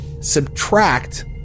subtract